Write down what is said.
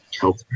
help